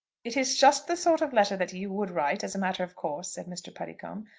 it is just the sort of letter that you would write, as a matter of course, said mr. puddicombe.